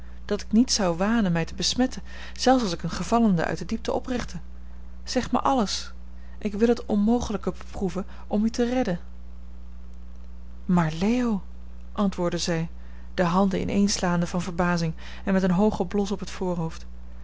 dat ik niet zou wanen mij te besmetten zelfs als ik eene gevallene uit de diepte oprichtte zeg mij alles ik wil het onmogelijke beproeven om u te redden maar leo antwoordde zij de handen ineenslaande van verbazing en met een hoogen blos op het voorhoofd